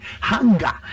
hunger